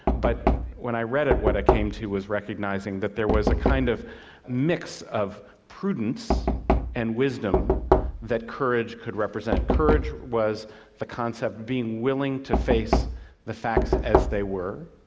but when i read it what i came to was recognising that there was a kind of mix of prudence and wisdom that courage could represent. courage was the concept of being willing to face the facts as they were,